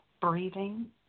breathing